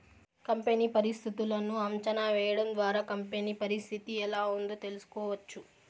company పరిస్థితులను అంచనా వేయడం ద్వారా కంపెనీ పరిస్థితి ఎలా ఉందో తెలుసుకోవచ్చు